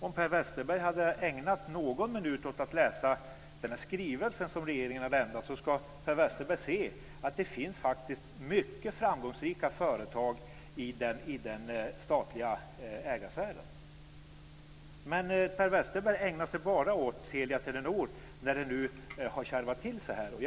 Om Per Westerberg hade ägnat någon minut åt att läsa den skrivelse som regeringen har lämnat, skulle han ha sett att det faktiskt finns mycket framgångsrika företag i den statliga ägarsfären. Men Per Westerberg ägnar sig bara åt Telia-Telenor när det nu har kärvat till sig så här.